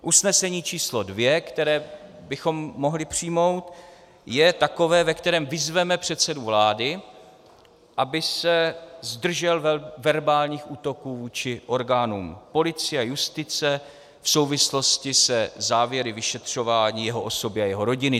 Usnesení číslo 2, které bychom mohli přijmout, je takové, ve kterém vyzveme předsedu vlády, aby se zdržel verbálních útoků vůči orgánům policie a justice v souvislosti se závěry vyšetřování jeho osoby a jeho rodiny.